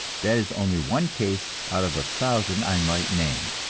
that is only one case out of a thousand i might name.